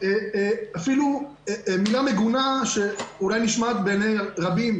אפילו מילה שנשמעת מגונה בעיני רבים,